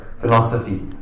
philosophy